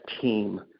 team